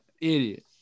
Idiot